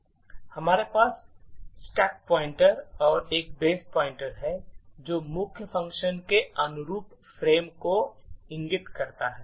हमारे पास stack pointer और एक बेस पॉइंटर है जो मुख्य फ़ंक्शन के अनुरूप फ्रेम को इंगित कर रहा है